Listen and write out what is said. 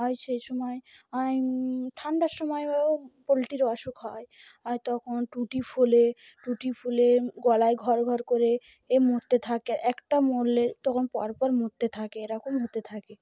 হয় সেই সময় আর ঠান্ডার সময়ও পোলট্রির অসুখ হয় আর তখন টুটি ফুলে টুটি ফুলে গলায় ঘর ঘর করে এ মরতে থাকে আর একটা মরলে তখন পরপর মরতে থাকে এরকম হতে থাকে